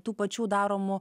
tų pačių daromų